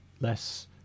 less